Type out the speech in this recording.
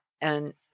and-